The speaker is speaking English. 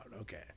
okay